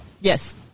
Yes